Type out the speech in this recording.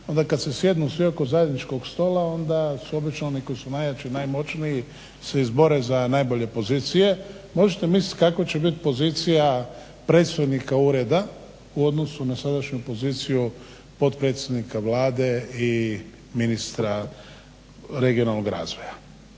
onda kad se sjednu svi oko zajedničkog stola, onda su obično oni koji su najjači, najmoćniji se izbore za najbolje pozicije, možete misliti kakva će biti pozicija predstojnika ureda u odnosu na sadašnju poziciju potpredsjednika Vlade i ministra regionalnog razvoja.